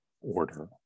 order